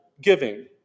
giving